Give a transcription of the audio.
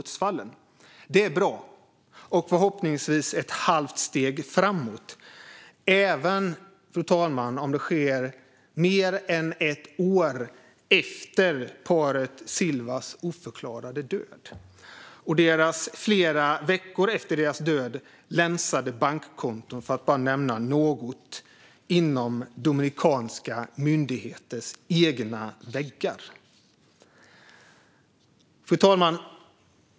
Det är bra och förhoppningsvis ett halvt steg framåt, även om det sker mer än ett år efter paret Silvas oförklarade död. Flera veckor efter deras död länsades deras bankkonton, för att bara nämna något inom dominikanska myndigheters egna väggar. Fru talman!